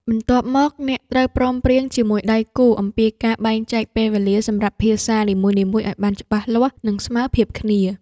បន្ទាប់មក អ្នកត្រូវព្រមព្រៀងជាមួយដៃគូអំពីការបែងចែកពេលវេលាសម្រាប់ភាសានីមួយៗឱ្យបានច្បាស់លាស់ និងស្មើភាពគ្នា។